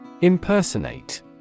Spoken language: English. Impersonate